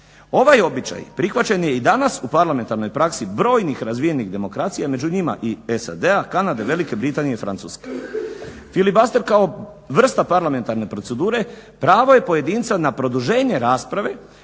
Ovaj običaj prihvaćen je i danas u parlamentarnoj praksi brojnih razvijenih demokracija među njima i SAD-a, Kanade, Velike Britanije i Francuske. Filibuster kao vrsta parlamentarne procedure pravo je pojedinca na produženje rasprave